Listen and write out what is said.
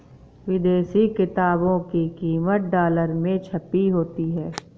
विदेशी किताबों की कीमत डॉलर में छपी होती है